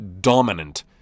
dominant